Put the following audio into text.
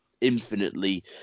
infinitely